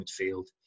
midfield